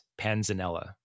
panzanella